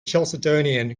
chalcedonian